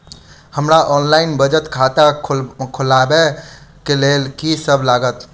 हमरा ऑनलाइन बचत खाता खोलाबै केँ लेल की सब लागत?